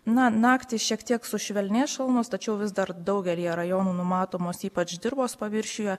naktį šiek tiek sušvelnės šalnos tačiau vis dar daugelyje rajonų numatomos ypač dirvos paviršiuje